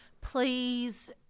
Please